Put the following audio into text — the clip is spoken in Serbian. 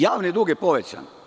Javni dug je povećan.